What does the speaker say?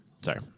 Sorry